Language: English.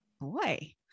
boy